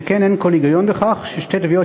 שכן אין כל היגיון בכך ששתי תביעות